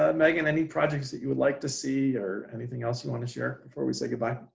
ah meaghan? any projects that you would like to see, or anything else you want to share before we say goodbye?